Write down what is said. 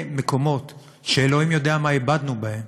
מקומות שאלוהים יודע מה איבדנו בהם